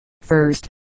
first